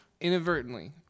inadvertently